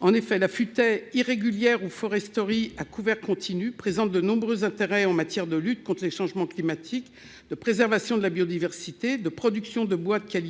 En effet, la futaie irrégulière ou foresterie à couvert continu présente de nombreux intérêts en matière de lutte contre le changement climatique, de préservation de la biodiversité, de production de bois de qualité